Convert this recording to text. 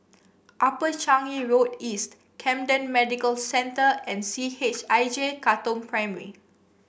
Upper Changi Road East Camden Medical Centre and C H I J Katong Primary